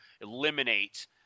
eliminate